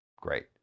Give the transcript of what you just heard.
Great